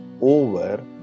over